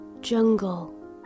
jungle